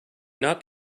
not